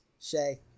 Shay